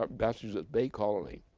ah massachusetts bay colony,